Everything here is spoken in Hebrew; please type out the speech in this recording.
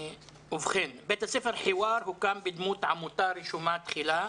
בית ספר חיוואר הוקם בדמות עמותה רשומה תחילה,